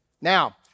Now